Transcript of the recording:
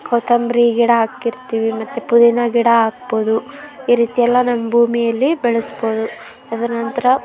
ಕೊತ್ತಂಬ್ರಿ ಗಿಡ ಹಾಕಿರ್ತೀವಿ ಮತ್ತು ಪುದೀನ ಗಿಡ ಹಾಕ್ಬೋದು ಈ ರೀತಿ ಎಲ್ಲ ನಮ್ಮ ಭೂಮಿಯಲ್ಲಿ ಬೆಳೆಸ್ಬೋದು ಅದರ ನಂತರ